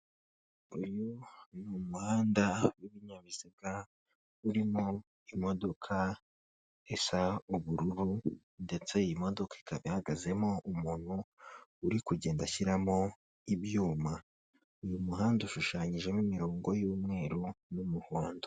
Uyu ni umuhanda w'ibinyabiziga, urimo imodoka isa ubururu ndetse iyi modoka ikaba ihagazemo umuntu uri kugenda ashyiramo ibyuma. Uyu muhanda ushushanyijemo imirongo y'umweru n'umuhondo.